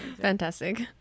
Fantastic